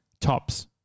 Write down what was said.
Tops